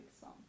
song